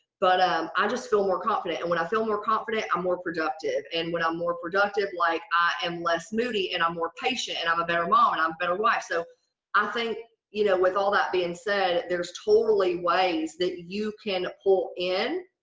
but ah i just feel more confident and when i feel more confident, i'm more productive. and when i'm more productive like i am less moody and i'm more patient and i'm a better mom and i'm a better wife. so i think you know with all that being said, there's totally ways that you can pull in